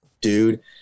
dude